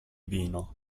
vino